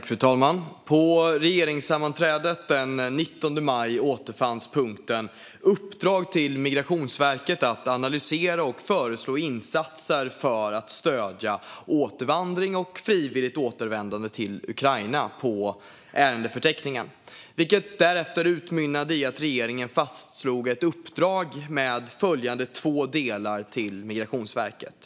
Fru talman! På regeringssammanträdet den 19 maj återfanns punkten Uppdrag till Migrationsverket att analysera och föreslå insatser för att stödja återvandring och frivilligt återvändande till Ukraina på ärendeförteckningen, vilket därefter utmynnade i att regeringen fastslog ett uppdrag till Migrationsverket med följande två delar.